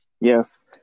Yes